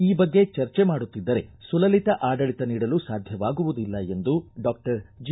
ಈ ಬಗ್ಗೆ ಚರ್ಚೆ ಮಾಡುತ್ತಿದ್ದರೆ ಸುಲಲಿತ ಆಡಳಿತ ನೀಡಲು ಸಾಧ್ಯವಾಗುವುದಿಲ್ಲ ಎಂದು ಡಾಕ್ಟರ್ ಜಿ